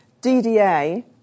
DDA